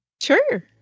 Sure